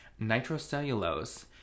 nitrocellulose